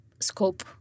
scope